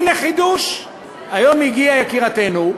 הנה חידוש: היום הגיעה יקירתנו,